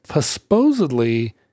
supposedly